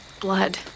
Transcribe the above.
blood